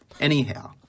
Anyhow